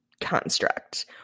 construct